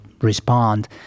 respond